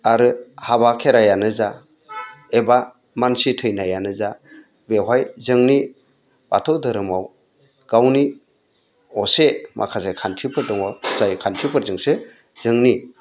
आरो हाबा खेराइआनो जा एबा मानसि थैनायानोजा बेवहाय जोंनि बाथौ धोरोमाव गावनि असे माखासे खान्थिफोर दङ जाय खान्थिफोरजोंसो जोंनि